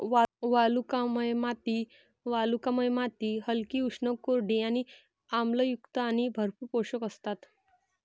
वालुकामय माती वालुकामय माती हलकी, उष्ण, कोरडी आणि आम्लयुक्त आणि भरपूर पोषक असतात